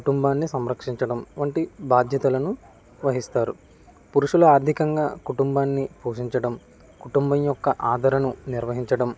కుటుంబాన్ని సంరక్షించడం వంటి బాధ్యతలను నిర్వహిస్తారు పురుషుల ఆర్థికంగా కుటుంబాన్ని పోషించడం కుటుంబం యొక్క ఆదరణను నిర్వహించడం